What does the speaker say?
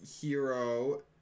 hero